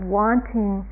wanting